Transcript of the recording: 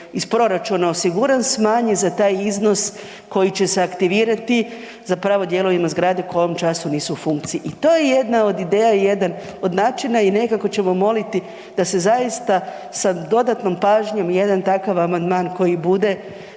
iz proračuna osiguran smanji za taj iznos koji će se aktivirati za pravo dijelovima zgrade koji u ovom času nisu u funkciji. I to je jedna od ideja i jedan od načina i nekako ćemo molimo da se zaista sa dodatnom pažnjom jedan takav amandman koji bude